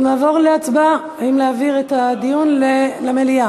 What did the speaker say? אנחנו נעבור להצבעה, אם להעביר את הדיון למליאה.